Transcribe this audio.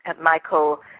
Michael